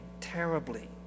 terribly